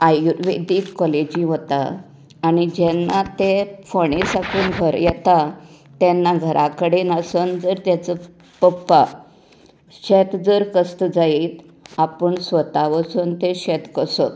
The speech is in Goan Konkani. आयुर्वेदीक कॉलेजीक वता आनी जेन्ना तें फोंडें साकून घरां येता तेन्ना घरां कडेन आसून जर तेचो पप्पा शेत जर कसता जायत आपूण स्वताक वचून तें शेत कसप